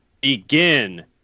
Begin